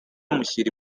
amushyira